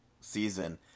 season